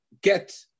get